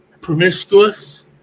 Promiscuous